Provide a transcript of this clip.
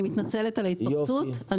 אני מתנצלת על ההתפרצות.